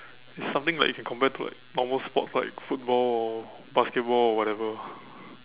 it's something like you can compare to like normal sports like football or basketball or whatever